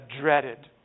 dreaded